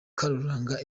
karuranga